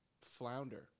flounder